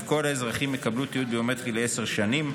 כל האזרחים יקבלו תיעוד ביומטרי לעשר שנים,